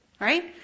right